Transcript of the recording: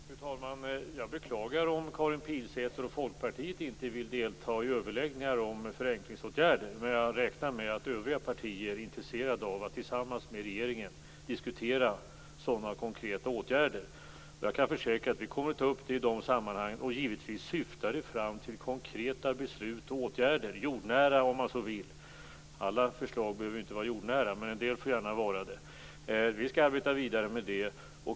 Fru talman! Jag beklagar om Karin Pilsäter och Folkpartiet inte vill delta i överläggningar om förenklingsåtgärder. Jag räknar med att övriga partier är intresserade av att tillsammans med regeringen diskutera sådana konkreta åtgärder. Jag kan försäkra att vi kommer att ta upp dem i de sammanhangen. Givetvis syftar det fram till konkreta beslut och åtgärder, jordnära om man så vill. Alla förslag behöver inte vara jordnära men en del får gärna vara det. Vi skall arbeta vidare med det.